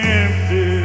empty